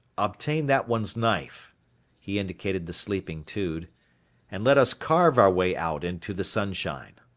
obtain that one's knife he indicated the sleeping tude and let us carve our way out into the sunshine.